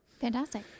Fantastic